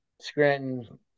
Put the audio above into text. Scranton